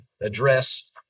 address